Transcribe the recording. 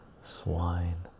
Swine